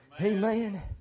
Amen